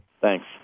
Thanks